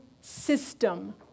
system